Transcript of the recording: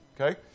Okay